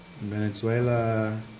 Venezuela